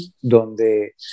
donde